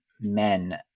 men